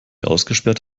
ausgesperrt